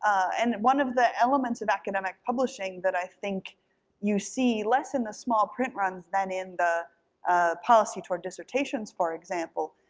and one of the elements of academic publishing that i think you see less in the small print runs than in the policy toward dissertations, for example,